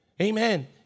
Amen